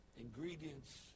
ingredients